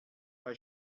bei